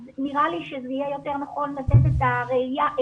אז נראה לי שזה יהיה יותר נכון לתת את הראיה שלו,